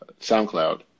SoundCloud